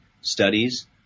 studies